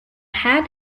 had